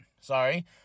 sorry